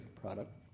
product